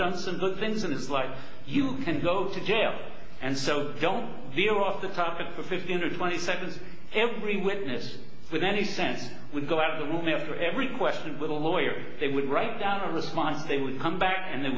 done some good things in this life you can go to jail and so don't feel off the topic for fifteen or twenty seconds every witness with any sense we go out of the movie after every question with a lawyer they would write down a response they would come back and they